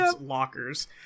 lockers